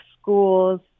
schools